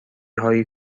هایی